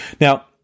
Now